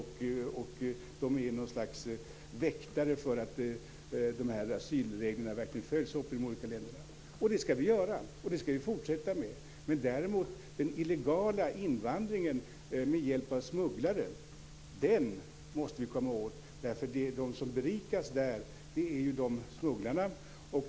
Det är något slags väktare för att asylreglerna följs i de olika länderna. Detta skall vi fortsätta med. Den illegala invandringen med hjälp av smugglare måste vi komma åt. De som berikas där är smugglarna.